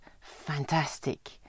fantastic